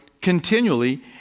Continually